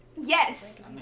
Yes